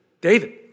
David